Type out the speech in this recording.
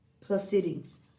proceedings